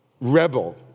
rebel